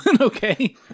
okay